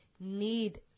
need